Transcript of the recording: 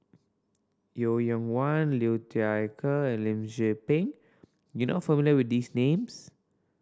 Yeo Wang Liu Thai Ker and Lim Tze Peng you not familiar with these names